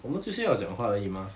我们就是要讲话而已嘛